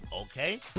okay